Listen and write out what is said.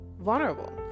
vulnerable